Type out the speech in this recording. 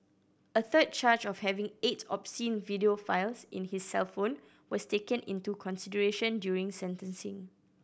a third charge of having eight obscene video files in his cellphone was taken into consideration during sentencing